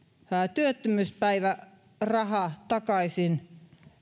työttömyyspäiväraha takaisin